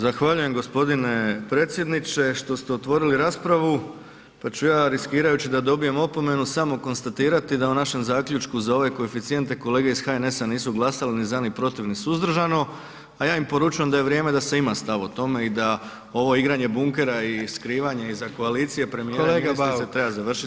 Zahvaljujem gospodine predsjedniče što ste otvorili raspravu, pa ću ja riskirajući da dobijem opomenu samo konstatirati da u našem zaključku za ove koeficijente kolege iz HNS-a nisu glasale ni za, ni protiv, ni suzdržano, a ja im poručujem da je vrijeme da se ima stav o tome i da ovo igranje bunkera i skrivanje iza koalicije premijera i ministrice treba završiti.